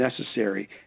necessary